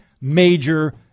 major